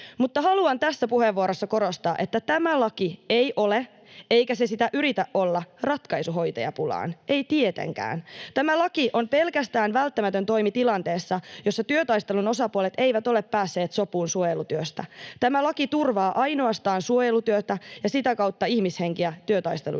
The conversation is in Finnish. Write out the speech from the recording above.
Mutta haluan tässä puheenvuorossa korostaa, että tämä laki ei ole, eikä se sitä yritä olla, ratkaisu hoitajapulaan, ei tietenkään. Tämä laki on pelkästään välttämätön toimi tilanteessa, jossa työtaistelun osapuolet eivät ole päässeet sopuun suojelutyöstä. Tämä laki turvaa ainoastaan suojelutyötä ja sitä kautta ihmishenkiä työtaisteluiden aikana.